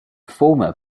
former